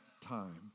time